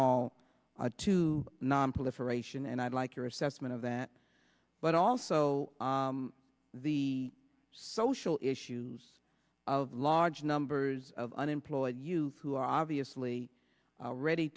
all to nonproliferation and i'd like your assessment of that but also the social issues of large numbers of unemployed youth who are obviously already